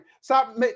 Stop